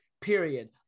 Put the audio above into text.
period